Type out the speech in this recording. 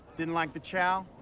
didn't like the chow?